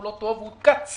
הוא לא טוב והוא קצר.